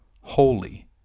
holy